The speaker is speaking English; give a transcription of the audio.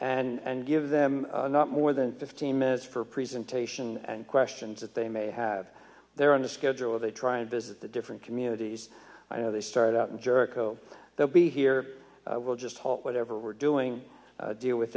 arrival and give them not more than fifteen minutes for presentation and questions that they may have there on the schedule they try and visit the different communities i know they started out in jericho they'll be here we'll just hope whatever we're doing deal with